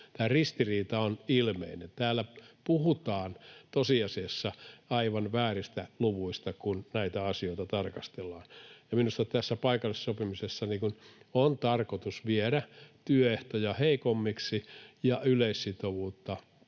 ristiriita on ilmeinen. Täällä puhutaan tosiasiassa aivan vääristä luvuista, kun näitä asioita tarkastellaan, ja minusta tässä paikallisessa sopimisessa on tarkoitus viedä työehtoja heikommiksi ja yleissitovuutta